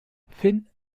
finn